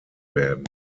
werden